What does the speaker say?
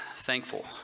thankful